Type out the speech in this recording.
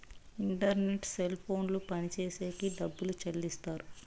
internet cell ఫోన్లు పనిచేసేకి డబ్బులు చెల్లిస్తారు